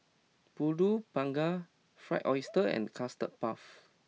Pulut Panggang Fried Oyster and Custard Puff